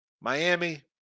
Miami